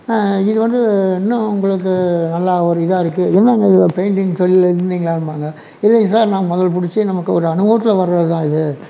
இது வந்து இன்னும் உங்களுக்கு நல்லா ஒரு இதாக இருக்குது என்னா முன்னாடி பெயிண்டிங் தொழிலில் இருந்தீங்களாம்பாங்க இல்லைங்க சார் நான் முதல் புடிச்சு நமக்கு ஒரு அனுபவத்தில் வரது தான் இது